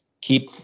keep